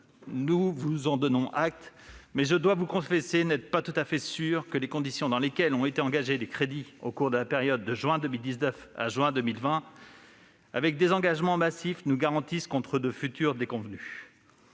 nous vous donnons acte. Toutefois, je dois confesser n'être pas tout à fait sûr que les conditions dans lesquelles ont été engagés des crédits au cours de la période allant de juin 2019 à juin 2020, avec des engagements massifs, nous garantissent contre de futures déconvenues.